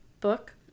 book